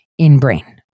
InBrain